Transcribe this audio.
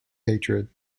hatred